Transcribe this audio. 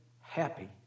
happy